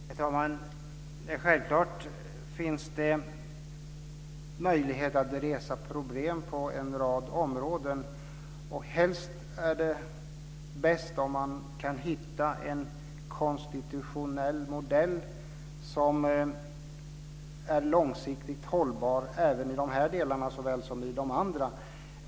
Herr talman! Självfallet finns det möjlighet att resa problem på en rad områden. Bäst vore det om man kunde hitta en konstitutionell modell som är långsiktigt hållbar även i dessa delar.